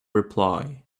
reply